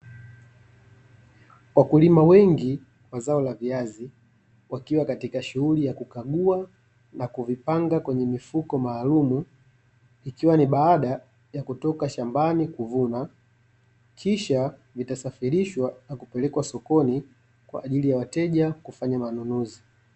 Wakulima wengi wa zao la viazi wakiwa katika shughuli ya kukagua na kuvipanga kwenye mifuko maalumu, ikiwa ni baada ya kutoka shambani kuvunwa kisha vitasafirishwa na kupelekwa sokoni, kwa ajili ya wateja kufanya manunuzi.